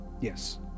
Yes